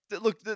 Look